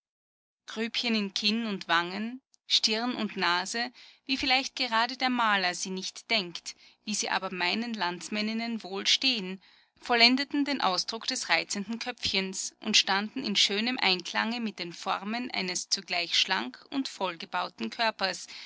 grübchen in kinn und wangen stirn und nase wie vielleicht gerade der maler sie nicht denkt wie sie aber meinen landsmänninnen wohl stehen vollendeten den ausdruck des reizenden köpfchens und standen in schönem einklange mit den formen eines zugleich schlank und voll gebauten körpers